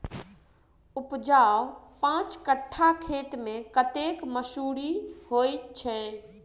उपजाउ पांच कट्ठा खेत मे कतेक मसूरी होइ छै?